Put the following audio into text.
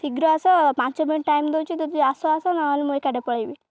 ଶୀଘ୍ର ଆସ ପାଞ୍ଚ ମିନିଟ୍ ଟାଇମ୍ ଦେଉଛି ଯଦି ଆସ ଆସ ନହେଲେ ମୁଁ ଏକାଟିଆ ପଳେଇବି